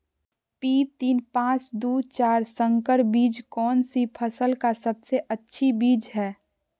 P तीन पांच दू चार संकर बीज कौन सी फसल का सबसे अच्छी बीज है?